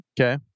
Okay